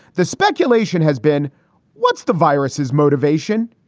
the speculation has been what's the virus is motivation.